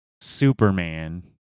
Superman